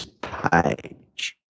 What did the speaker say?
page